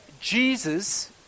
Jesus